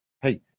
Hey